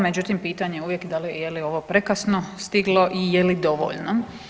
Međutim, pitanje je uvijek da li je ovo prekasno stiglo i je li dovoljno?